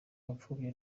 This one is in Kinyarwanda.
abapfobya